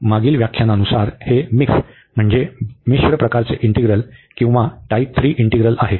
मागील व्याख्यानानुसार हे मिक्स म्हणजे मिश्र प्रकारचे इंटीग्रल किंवा टाईप 3 इंटीग्रल आहे